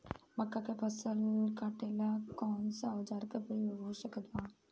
मक्का के फसल कटेला कौन सा औजार के उपयोग हो सकत बा?